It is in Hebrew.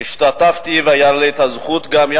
השתתפתי והיתה לי הזכות גם,